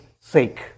sake